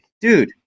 dude